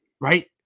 right